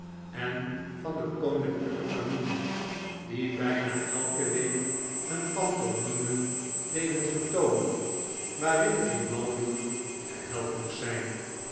en van de koninklijke familie die bijna elke week een pantomime deden vertoonen waarin grimaldi de held moest zijn